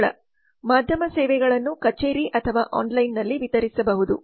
ಸ್ಥಳ ಮಾಧ್ಯಮ ಸೇವೆಗಳನ್ನು ಕಚೇರಿ ಅಥವಾ ಆನ್ಲೈನ್ನಲ್ಲಿ ವಿತರಿಸಬಹುದು